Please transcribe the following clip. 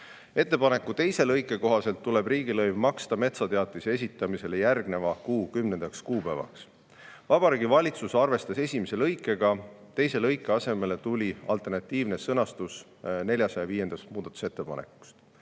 Ettepaneku teise lõike kohaselt tuleb riigilõiv maksta metsateatise esitamisele järgneva kuu 10. kuupäevaks. Vabariigi Valitsus arvestas esimest lõiget, teise lõike asemele tuli alternatiivne sõnastus 405. muudatusettepanekus.